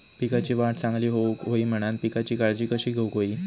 पिकाची वाढ चांगली होऊक होई म्हणान पिकाची काळजी कशी घेऊक होई?